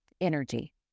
energy